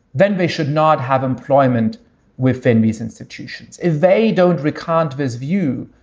then they should not have employment within these institutions. if they don't recant his view,